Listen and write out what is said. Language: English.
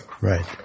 Right